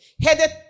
Headed